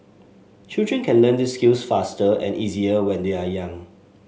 children can learn these skills faster and easier when they are young